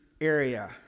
area